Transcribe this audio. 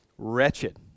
Wretched